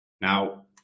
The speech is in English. Now